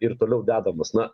ir toliau dedamos na